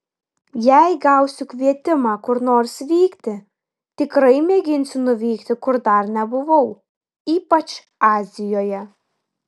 jei gausiu kvietimą kur nors vykti tikrai mėginsiu nuvykti kur dar nebuvau ypač azijoje